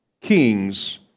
kings